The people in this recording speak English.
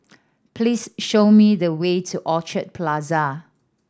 please show me the way to Orchard Plaza